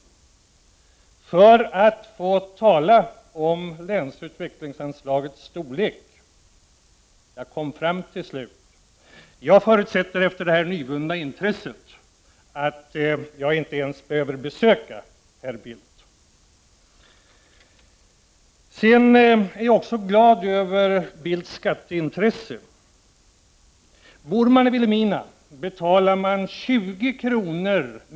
— för att få tala om länsutvecklingsanslagets storlek. Jag kom fram till slut. Jag förutsätter att jag i och med detta herr Bildts nyvunna intresse inte ens behöver besöka honom. Jag är också glad över Bildts intresse för skatter. Bor man i Vilhelmina betalar man 20 kr.